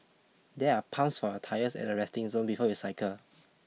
there are pumps for your tyres at the resting zone before you cycle